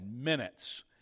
minutes